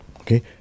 okay